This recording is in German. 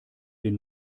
den